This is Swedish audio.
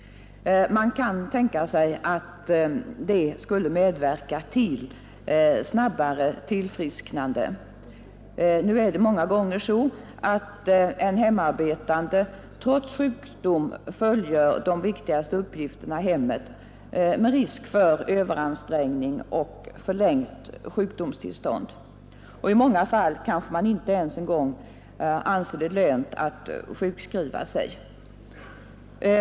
Detta skulle säkerligen medverka till snabbare tillfrisknande. Nu är det många gånger så att en hemarbetande trots sin sjukdom fullgör de viktigaste uppgifterna i hemmet, med risk för överansträngning och förlängt sjukdomstillstånd. I många fall kanske man inte ens anser det vara lönt att sjukskriva sig.